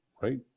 right